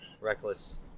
Reckless